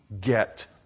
get